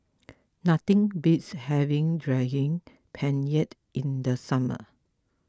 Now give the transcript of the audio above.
nothing beats having Daging Penyet in the summer